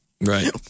Right